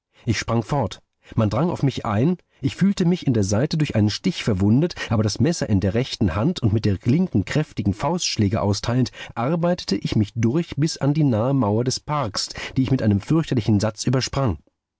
ich sprang fort man drang auf mich ein ich fühlte mich in der seite durch einen stich verwundet aber das messer in der rechten hand und mit der linken kräftige faustschläge austeilend arbeitete ich mich durch bis an die nahe mauer des parks die ich mit einem fürchterlichen satz übersprang